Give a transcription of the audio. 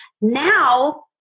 Now